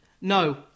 No